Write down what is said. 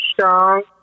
strong